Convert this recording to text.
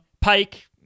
Pike